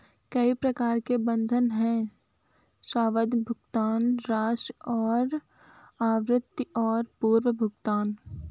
कई प्रकार के बंधक हैं, सावधि, भुगतान राशि और आवृत्ति और पूर्व भुगतान